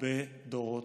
הרבה דורות".